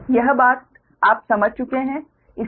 यह आप बहुत समझ चुके हैं